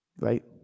right